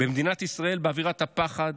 במדינת ישראל, באווירת הפחד,